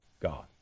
God